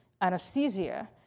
anesthesia